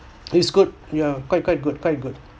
it's good yeah quite quite good quite good